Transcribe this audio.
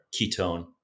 ketone